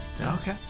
Okay